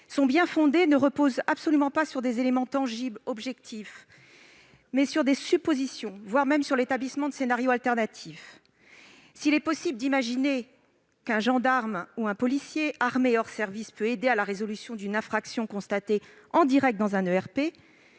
Son bien-fondé ne repose sur aucun élément tangible ou objectif, mais sur des suppositions, voire sur l'établissement de scénarios alternatifs. S'il est possible d'imaginer qu'un gendarme ou un policier armé hors service puisse aider à la résolution d'une infraction constatée en direct dans un ERP,